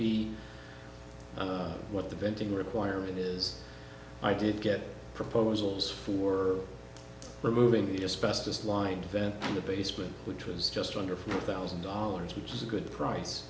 and what the venting requirement is i did get proposals for removing the just bestest line vent in the basement which was just under four thousand dollars which is a good price